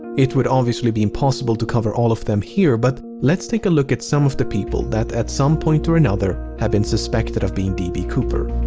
it would obviously be impossible to cover all of them here, but let's take a look at some of the people that, at some point or another, have been suspected of being d. b. cooper.